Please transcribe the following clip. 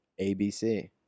abc